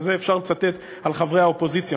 ואת זה אפשר לצטט על חברי האופוזיציה,